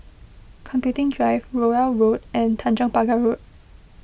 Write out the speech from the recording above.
Computing Drive Rowell Road and Tanjong Pagar Road